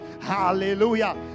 hallelujah